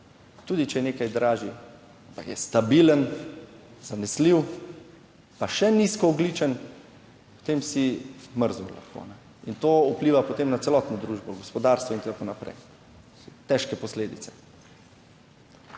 tudi če je nekaj dražji, ampak je stabilen, zanesljiv, pa še nizkoogljičen, potem si mrzel lahko in to vpliva potem na celotno družbo, gospodarstvo in tako naprej, težke posledice.